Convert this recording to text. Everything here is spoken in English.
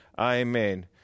Amen